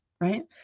right